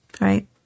Right